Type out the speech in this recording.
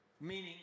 Meaning